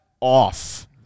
off